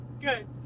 good